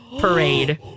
parade